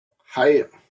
hei